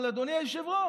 אבל אדוני היושב-ראש,